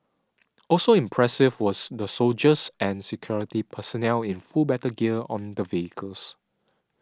also impressive were the soldiers and security personnel in full battle gear on the vehicles